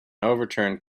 overturned